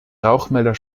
rauchmelder